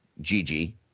Gigi